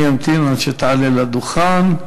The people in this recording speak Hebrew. אני אמתין עד שתעלה לדוכן.